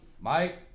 Mike